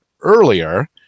earlier